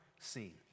seen